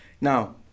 Now